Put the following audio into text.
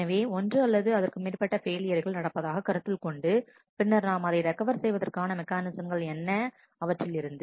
எனவே ஒன்று அல்லது அதற்கு மேற்பட்ட ஃபெயிலியர்கள் நடப்பதாக கருத்தில் கொண்டு பின்னர் நாம் அதை ரெக்கவர் செய்வதற்கான மெக்கானிசங்கள் என்ன அவற்றிலிருந்து